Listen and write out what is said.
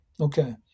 okay